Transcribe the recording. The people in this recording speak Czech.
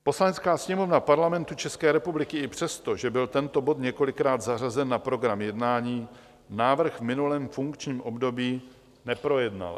Poslanecká sněmovna Parlamentu České republiky i přes to, že byl tento bod několikrát zařazen na program jednání, návrh v minulém funkčním období neprojednala.